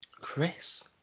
Chris